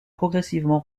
progressivement